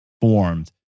formed